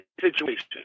situation